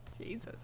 Jesus